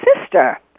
sister